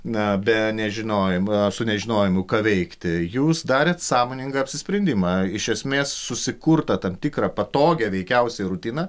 na be nežinojimo su nežinojimu ką veikti jūs darėt sąmoningą apsisprendimą iš esmės susikurtą tam tikrą patogią veikiausiai rutiną